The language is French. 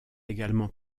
également